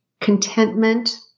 contentment